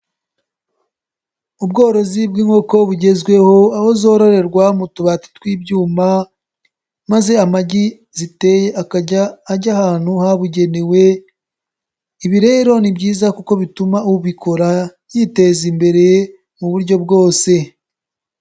Ubworozi bw'inkoko bugezweho aho zororerwa mu tubati tw'ibyuma maze amagi ziteye akajya ajya ahantu habugenewe, ibi rero ni byiza kuko bituma ubikora yiteza imbere mu buryo bwose.